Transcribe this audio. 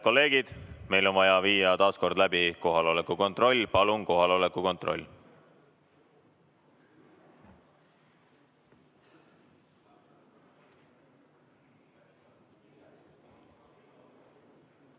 meil on vaja viia taas kord läbi kohaloleku kontroll. Palun kohaloleku kontroll!